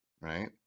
right